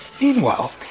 Meanwhile